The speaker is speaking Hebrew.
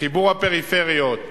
בחיבור הפריפריות,